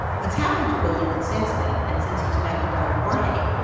what's happened to william since then and since he's met his brother, jorge,